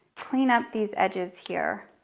clean up these edges here.